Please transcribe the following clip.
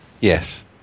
Yes